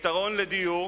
כפתרון לדיור,